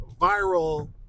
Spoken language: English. viral